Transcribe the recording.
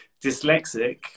dyslexic